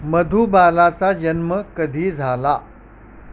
मधुबालाचा जन्म कधी झाला